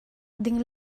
ding